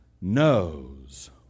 knows